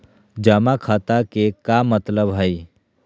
जमा खाता के का मतलब हई?